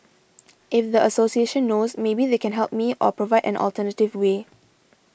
if the association knows maybe they can help me or provide an alternative way